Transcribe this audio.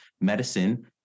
medicine